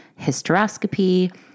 hysteroscopy